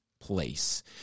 place